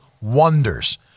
wonders